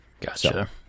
Gotcha